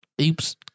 Oops